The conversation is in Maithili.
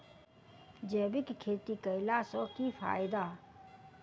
जैविक खेती केला सऽ की फायदा?